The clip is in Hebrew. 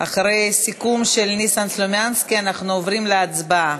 אחרי הסיכום של ניסן סלומינסקי אנחנו עוברים להצבעה.